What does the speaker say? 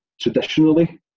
traditionally